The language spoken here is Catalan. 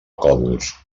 còdols